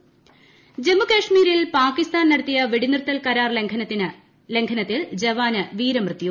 ജമ്മുകശ്മീർ ജമ്മുകശ്മീരിൽ പാകിസ്ഥാൻ നടത്തിയ വെടിനിർത്തൽ കരാർ ലംഘനത്തിൽ ജവാന് വീരമൃത്യൂ